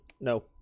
no